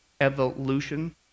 Evolution